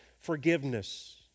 forgiveness